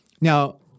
Now